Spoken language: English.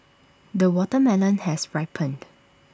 the watermelon has ripened